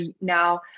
now